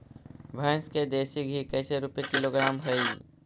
भैंस के देसी घी कैसे रूपये किलोग्राम हई?